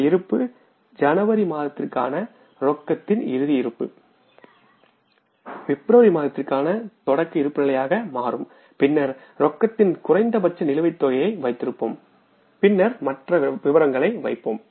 இந்த தொடக்க இருப்பு ஜனவரி மாதத்திற்கான ரொக்கத்தின் இறுதி இருப்பு பிப்ரவரி மாதத்திற்கான தொடக்க இருப்புநிலையாக மாறும் பின்னர் ரொக்கத்தின் குறைந்தபட்ச நிலுவைத் தொகையை வைத்திருப்போம் பின்னர் மற்ற விபரங்களை வைப்போம்